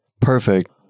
perfect